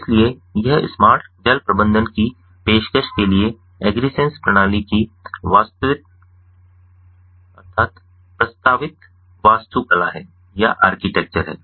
इसलिए यह स्मार्ट जल प्रबंधन की पेशकश के लिए एग्रीसेंस प्रणाली की प्रस्तावित वास्तुकला है